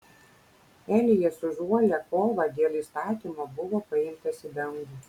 elijas už uolią kovą dėl įstatymo buvo paimtas į dangų